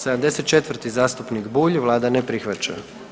74., zastupnik Bulj, Vlada ne prihvaća.